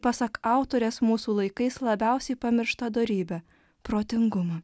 pasak autorės mūsų laikais labiausiai pamirštą dorybę protingumą